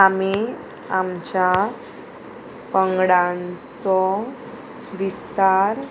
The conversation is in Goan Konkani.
आमी आमच्या पंगडांचो विस्तार